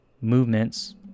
movements